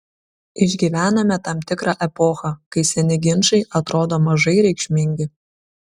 išgyvenome tam tikrą epochą kai seni ginčai atrodo mažai reikšmingi